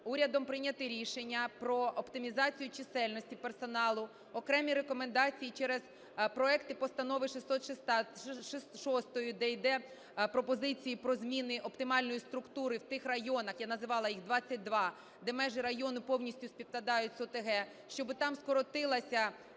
урядом прийнято рішення про оптимізацію чисельності персоналу, окремі рекомендації через проект Постанови 606, де йдуть пропозиції про зміни оптимальної структури в тих районах, я називала їх, 22, де межі району повністю співпадають з ОТГ, щоб там скоротилася